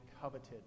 coveted